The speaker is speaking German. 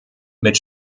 mit